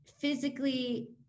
physically